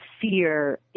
fear